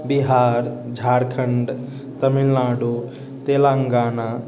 Bihar Jharkhand Tamil Nadu Telangana